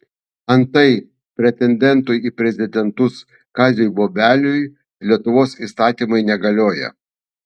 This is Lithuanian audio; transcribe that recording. antai pretendentui į prezidentus kaziui bobeliui lietuvos įstatymai negalioja